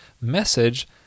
message